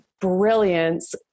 brilliance